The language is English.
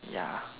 ya